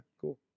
cool